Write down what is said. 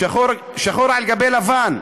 שחור על גבי לבן: